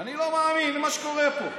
אני לא מאמין למה שקורה פה.